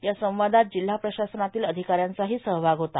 या संवादात जिल्हा प्रशासनातील अधिकाऱ्यांचाही सहभाग होता